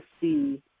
see